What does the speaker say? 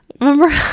Remember